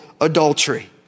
adultery